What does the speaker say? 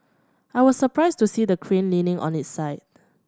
I was surprised to see the crane leaning on its side